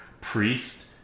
priest